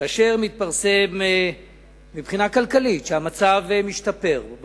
כאשר מתפרסם שמבחינה כלכלית המצב משתפר,